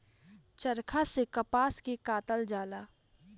चरखा से कपास के कातल जाला